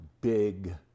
big